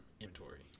inventory